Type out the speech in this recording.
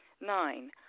Nine